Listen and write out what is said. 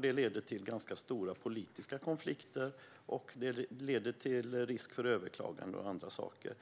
Det leder till ganska stora politiska konflikter, och det leder till risk för överklagande och andra saker,